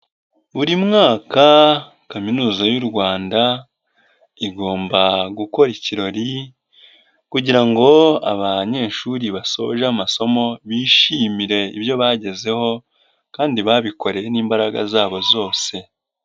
Buri mwaka kaminuza y'u Rwanda igomba gukora ikirori kugira ngo abanyeshuri basoje amasomo, bishimire ibyo bagezeho kandi babikoreye n'imbaraga zabo zose.